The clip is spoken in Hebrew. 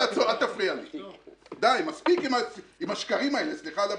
מספיק עם השקרים האלה, סליחה על הביטוי.